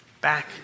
Back